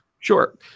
Sure